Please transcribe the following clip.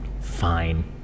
Fine